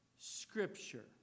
Scripture